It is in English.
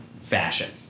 Fashion